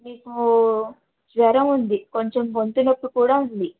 మీకు జ్వరం ఉంది కొంచెం గొంతు నొప్పి కూడా ఉంది